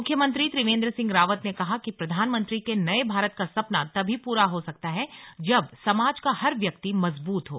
मुख्यमंत्री त्रिवेन्द्र सिंह रावत ने कहा कि प्रधानमंत्री के नए भारत का सपना तभी पूरा हो सकता है जब समाजे का हर व्यक्ति मजबूत हों